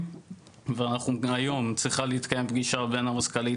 ואנחנו היום צריכה להתקיים פגישה בין המזכ"לית,